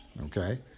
okay